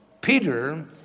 Peter